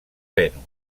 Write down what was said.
venus